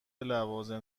لوازم